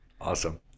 Awesome